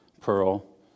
pearl